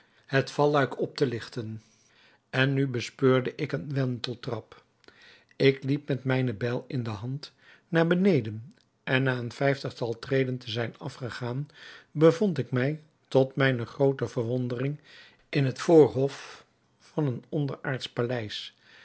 het valluik op te ligten en nu bespeurde ik een wenteltrap ik liep met mijne bijl in de hand naar beneden en na een vijftigtal treden te zijn afgegaan bevond ik mij tot mijne groote verwondering in het voorhof van een onderaardsch paleis